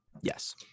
Yes